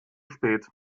spät